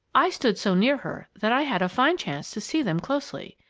i stood so near her that i had a fine chance to see them closely.